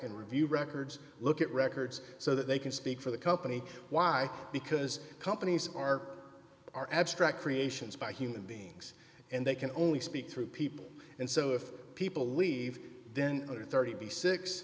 and review records look at records so that they can speak for the company why because companies are are abstract creations by human beings and they can only speak through people and so if people leave then under thirty six